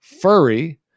furry